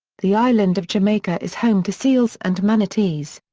the island of jamaica is home to seals and manatees.